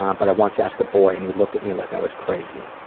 um but i once asked a boy and he looked at me like i was crazy.